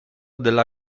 della